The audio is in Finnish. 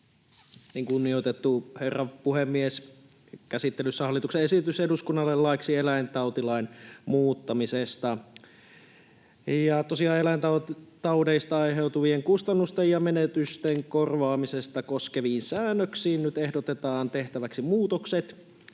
Kunnioitettu herra puhemies! Käsittelyssä on hallituksen esitys eduskunnalle laiksi eläintautilain muuttamisesta. Tosiaan eläintaudeista aiheutuvien kustannusten ja menetysten korvaamisesta koskeviin säännöksiin nyt ehdotetaan tehtäväksi muutokset,